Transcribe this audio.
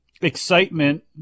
excitement